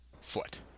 foot